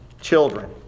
children